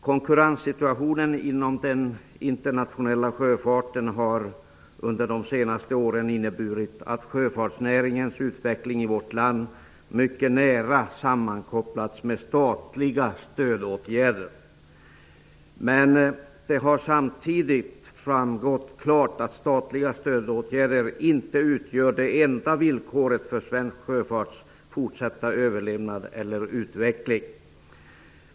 Konkurrenssituationen inom den internationella sjöfarten har under de senaste åren inneburit att sjöfartsnäringens utveckling i vårt land mycket nära sammankopplats med statliga stödåtgärder. Men det har samtidigt framgått klart att statliga stödåtgärder inte utgör det enda villkoret för svensk sjöfarts fortsatta överlevnad eller utveckling.